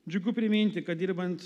džiugu priminti kad dirbant